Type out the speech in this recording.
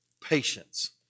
patience